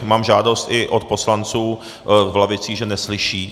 Mám žádost i od poslanců v lavicích, že neslyší.